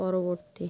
পরবর্তী